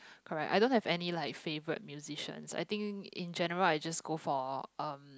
correct I don't have any like favorite musicians I think in general I just go for um